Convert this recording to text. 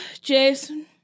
Jason